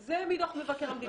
זה מדוח מבקר המדינה.